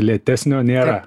lėtesnio nėra